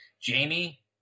Jamie